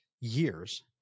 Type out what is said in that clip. years